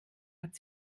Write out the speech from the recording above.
hat